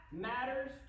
matters